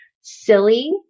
silly